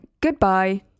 Goodbye